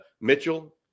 Mitchell